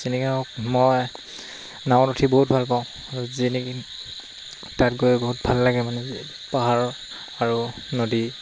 যেনেকৈ হওক মই নাৱত উঠি বহুত ভাল পাওঁ যেনেকৈ তাত গৈ বহুত ভাল লাগে মানে পাহাৰ আৰু নদী